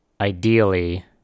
ideally